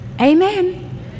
Amen